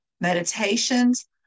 meditations